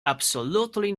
absolutely